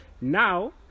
Now